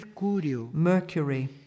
Mercury